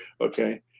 Okay